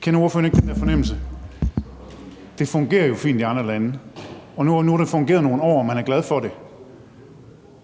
Kender ordføreren ikke den der fornemmelse? Det fungerer fint i andre lande, og nu har det fungeret i nogle år, og de er glade for det,